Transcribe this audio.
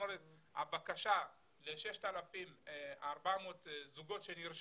הבקשה ל-6,400 זוגות שנרשמו,